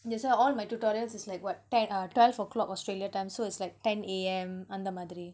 that's why all my tutorials is like what ten ah twelve o'clock australia time so it's like ten A_M அந்த மாதிரி:antha maathiri